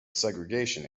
segregation